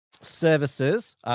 services